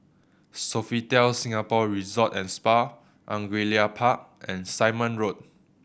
Sofitel Singapore Resort and Spa Angullia Park and Simon Road